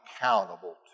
accountable